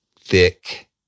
thick